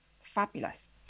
Fabulous